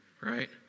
right